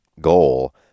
goal